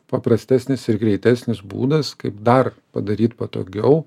paprastesnis ir greitesnis būdas kaip dar padaryt patogiau